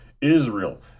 Israel